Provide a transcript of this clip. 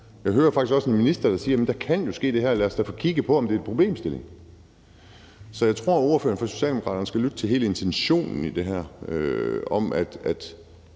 Jeg hører faktisk også en minister, der siger: Jamen det her kan jo ske, så lad os dog få kigget på, om det er en problemstilling. Så jeg tror, ordføreren fra Socialdemokraterne skal lytte til hele intentionen i det her,